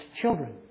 children